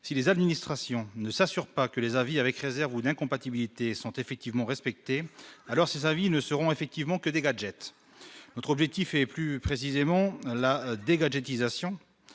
si les administrations ne s'assure pas que les avis avec réserve ou d'incompatibilité sont effectivement respecté alors ces avis ne seront effectivement que des gadgets, notre objectif est et plus précisément la des gadgets